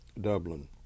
Dublin